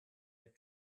had